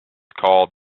called